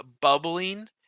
bubbling